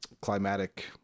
climatic